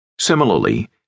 Similarly